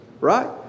right